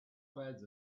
clouds